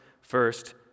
First